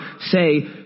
say